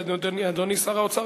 ואדוני שר האוצר,